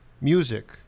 music